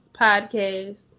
podcast